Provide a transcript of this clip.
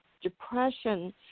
depression